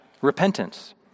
repentance